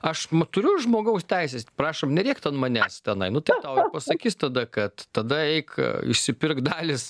aš turiu žmogaus teises prašom nerėkt ant manęs tenai nu tai tau ir pasakys tada kad tada eik išsipirk dalys